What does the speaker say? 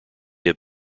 have